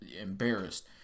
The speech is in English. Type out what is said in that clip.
embarrassed